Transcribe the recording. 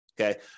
okay